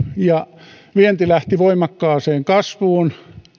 ja vienti lähti voimakkaaseen kasvuun